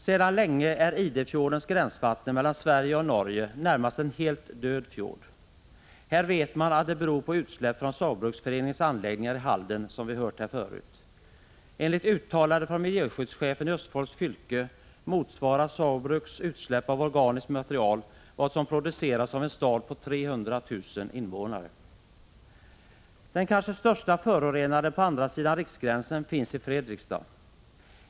Sedan länge är Idefjorden, gränsvattnet mellan Sverige och Norge, närmast en helt död fjord. Här vet man, som vi har hört förut, att det beror på utsläpp från Saugbruksföreningens anläggningar i Halden. Enligt uttalande från miljöskyddschefen i Östfolds fylke motsvarar Saugbruks utsläpp av organiskt material vad som produceras av en stad på 300 000 invånare. Den kanske största förorenaren på andra sidan riksgränsen finns i Fredrikstad.